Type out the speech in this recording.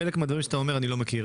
חלק מהדברים שאתה אומר, אני לא מכיר.